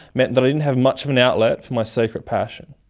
meant that i didn't have much of an outlet for my secret passion.